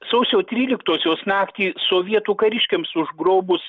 sausio tryliktosios naktį sovietų kariškiams užgrobus